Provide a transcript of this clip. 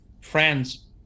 friends